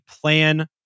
plan